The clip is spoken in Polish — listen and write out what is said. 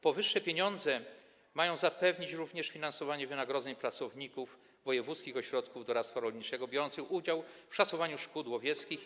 Powyższe pieniądze mają zapewnić również finansowanie wynagrodzeń pracowników wojewódzkich ośrodków doradztwa rolniczego biorących udział w szacowaniu szkód łowieckich.